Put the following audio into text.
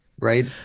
right